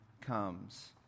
comes